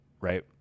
right